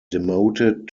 demoted